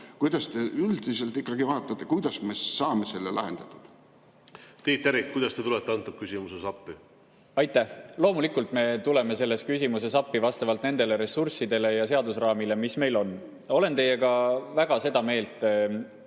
Kuidas te üldiselt ikkagi vaatate, kuidas me saame selle lahendatud? Tiit Terik, kuidas te tulete antud küsimuses appi? Aitäh! Loomulikult me tuleme selles küsimuses appi vastavalt nendele ressurssidele ja seaduseraamile, mis meil on. Olen teiega väga ühte meelt